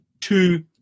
two